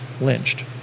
lynched